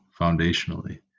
foundationally